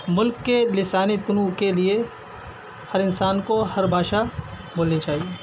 ملک کے لسانی طلوع کے لیے ہر انسان کو ہر بھاشا بولنی چاہیے